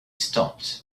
stopped